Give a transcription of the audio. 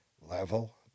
level